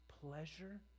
pleasure